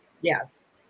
Yes